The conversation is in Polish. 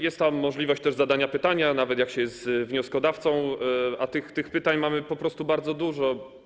Jest też możliwość zadania pytania, nawet jak się jest wnioskodawcą, a tych pytań mamy po prostu bardzo dużo.